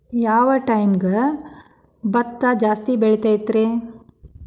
ಯಾವ ಟೈಮ್ಗೆ ಭತ್ತ ಜಾಸ್ತಿ ಬೆಳಿತೈತ್ರೇ?